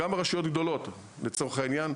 גם ברשויות גדולות לצורך העניין.